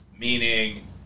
Meaning